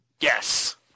Yes